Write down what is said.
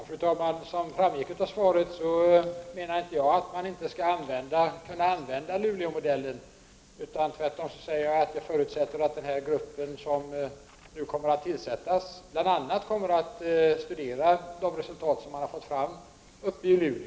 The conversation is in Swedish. Fru talman! Som framgick av svaret menar jag inte att man inte skall kunna använda Luleåmodellen. Jag förutsätter tvärtom att den grupp som nu kommer att tillsättas bl.a. kommer att studera de resultat som man fått fram i Luleå.